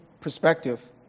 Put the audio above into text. perspective